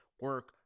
Work